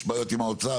יש בעיות עם האוצר,